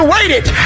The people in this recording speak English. waited